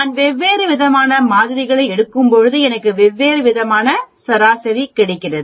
நான் வெவ்வேறு விதமான மாதிரிகளை எடுக்கும் பொழுது எனக்கு வெவ்வேறு விதமான சராசரி கிடைக்கிறது